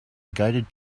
guided